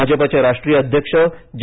भाजपाचे राष्ट्रीय अध्यक्ष जे